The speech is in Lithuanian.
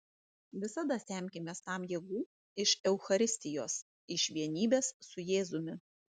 visada semkimės tam jėgų iš eucharistijos iš vienybės su jėzumi